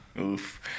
Oof